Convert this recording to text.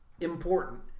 important